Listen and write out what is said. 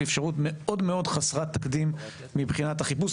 היא אפשרות מאוד-מאוד חסרת תקדים מבחינת החיפוש.